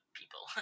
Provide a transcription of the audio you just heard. people